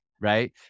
Right